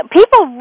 people